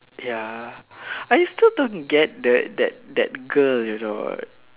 ya I still don't get that that that girl you know